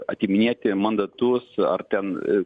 atiminėti mandatus ar ten